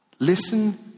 Listen